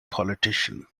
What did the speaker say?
politician